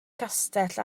castell